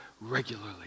regularly